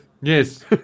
yes